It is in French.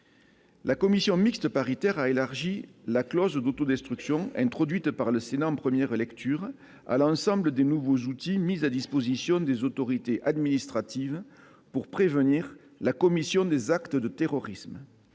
La commission mixte paritaire a élargi la clause d'autodestruction introduite par le Sénat en première lecture à l'ensemble des nouveaux outils mis à disposition des autorités administratives pour prévenir la commission des actes de terrorisme.